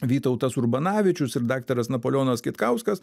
vytautas urbanavičius ir daktaras napoleonas kitkauskas